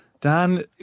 Dan